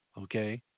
okay